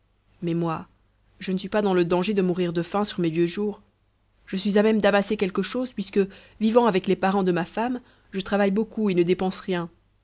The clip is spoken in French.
mais moi je ne suis pas dans le danger de mourir de faim sur mes vieux jours je suis à même d'amasser quelque chose puisque vivant avec les parents de ma femme je travaille beaucoup et ne dépense rien